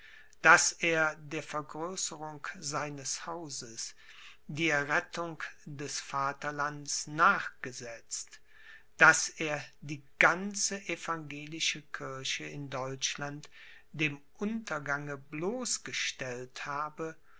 daß er der vergrößerung seines hauses die errettung des vaterlands nachgesetzt daß er die ganze evangelische kirche in deutschland dem untergange bloßgestellt habe